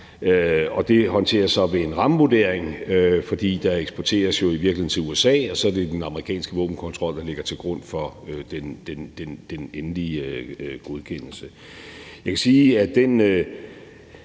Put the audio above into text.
Det håndteres så ved en rammevurdering, fordi der jo i virkeligheden eksporteres til USA, og så vil det være den amerikanske våbenkontrol, der ligger til grund for den endelige godkendelse.